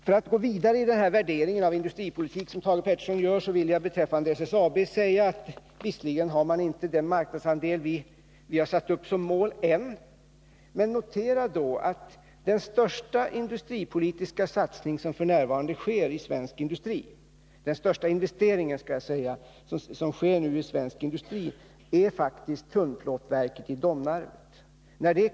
För att gå vidare i fråga om den värdering av industripolitiken som Thage Peterson gör vill jag beträffande SSAB säga att man där visserligen ännu inte har den marknadsandel vi har satt upp som mål, men jag ber Thage Peterson notera att den största investeringen i svensk industri hittills faktiskt är den som gjorts i tunnplåtverket i Domnarvet.